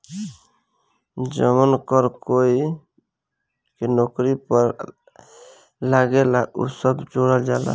जवन कर कोई के नौकरी पर लागेला उ सब जोड़ल जाला